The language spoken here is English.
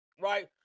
right